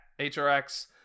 HRX